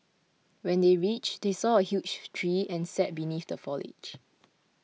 when they reached they saw a huge tree and sat beneath the foliage